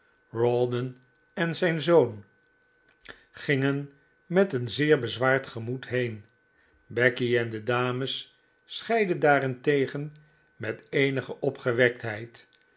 rawdon en zijn zoon gingen met een zeer bezwaard gemoed heen becky en de dames scheidden daarentegen met eenige opgewektheid